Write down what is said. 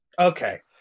Okay